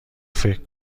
فکر